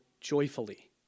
joyfully